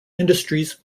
industries